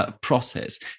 process